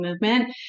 movement